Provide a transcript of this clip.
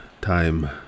time